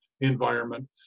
environment